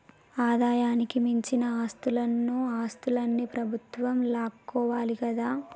ఆదాయానికి మించిన ఆస్తులన్నో ఆస్తులన్ని ప్రభుత్వం లాక్కోవాలి కదా